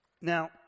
now